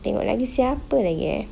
tengok lagi siapa lagi eh